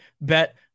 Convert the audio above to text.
bet